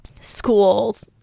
schools